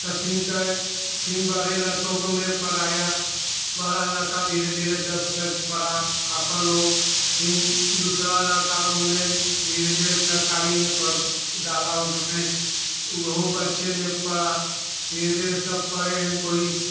तब फिर कह रहें फिर बड़े लड़के को मैं पढ़ाया बड़ा लड़का धीरे धीरे दस तक पढ़ा आपन वो फिर दूसरा लड़का को मैं धीरे धीरे सरकारी में पढ़ डाला उसमें वो बच्चे ने पढ़ा धीरे सब पढ़े हैं कोई